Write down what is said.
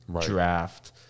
draft